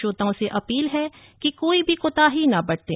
श्रोताओं से अपील है कि कोई भी कोताही न बरतें